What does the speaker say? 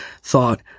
thought